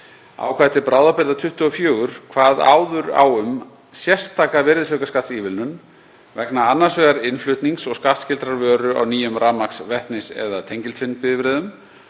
Ákvæði til bráðabirgða XXIV kvað áður á um sérstaka virðisaukaskattsívilnun vegna annars vegar innflutnings og skattskyldrar sölu á nýjum rafmagns-, vetnis- eða tengiltvinnbifreiðum